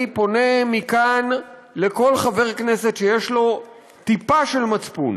אני פונה מכאן לכל חבר כנסת שיש לו טיפה של מצפון